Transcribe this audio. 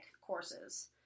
courses